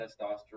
testosterone